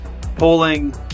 polling